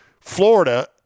Florida